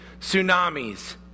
tsunamis